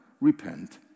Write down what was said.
repent